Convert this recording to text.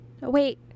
wait